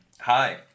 Hi